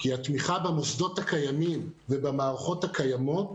כי התמיכה במוסדות הקיימים ובמערכות הקיימות